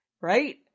right